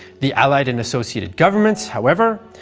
the allied and associated governments, however,